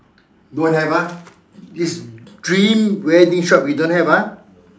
don't have ah is dream wedding shop you don't have ah